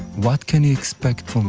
what can you expect from